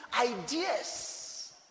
ideas